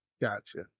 Gotcha